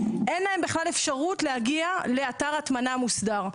אין להם בכלל אפשרות להגיע לאתר הטמנה מוסדר.